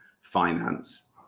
finance